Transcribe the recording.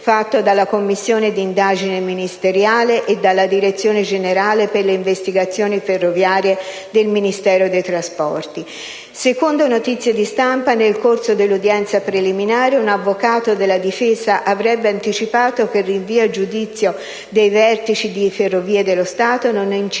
fatta dalla commissione di indagine ministeriale e dalla Direzione generale per le investigazioni ferroviarie del Ministero dei trasporti. Secondo notizie di stampa, nel corso dell'udienza preliminare, un avvocato della difesa avrebbe anticipato che il rinvio a giudizio dei vertici di Ferrovie dello Stato non inciderà